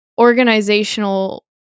organizational